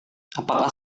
apakah